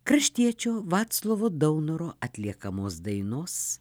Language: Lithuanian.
kraštiečio vaclovo daunoro atliekamos dainos